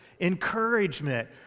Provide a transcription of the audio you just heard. encouragement